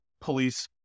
police